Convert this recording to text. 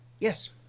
Yes